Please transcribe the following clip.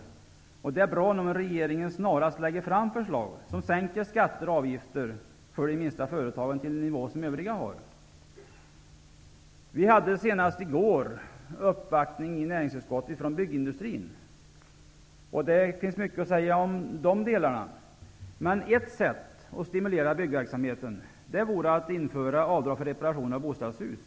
Det är bra om regeringen snarast lägger fram förslag som sänker skatter och avgifter för de minsta företagen till en nivå som övriga företag har. Vi hade senast i går en uppvaktning i näringsutskottet från byggindustrin. Det finns mycket att säga om den verksamheten. Men ett sätt att stimulera byggverksamheten vore att införa avdrag för reparationer av bostadshus.